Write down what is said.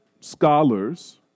scholars